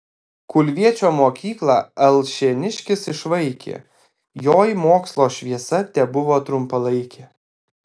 kulviečio mokyklą alšėniškis išvaikė joj mokslo šviesa tebuvo trumpalaikė